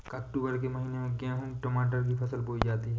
अक्टूबर के महीना में गेहूँ मटर की फसल बोई जाती है